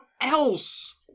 else